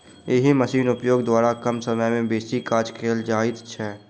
एहि मशीनक उपयोग द्वारा कम समय मे बेसी काज कयल जाइत छै